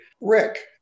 Rick